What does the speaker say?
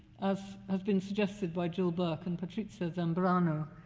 as has been suggested by jill burke and patrizia zambrano,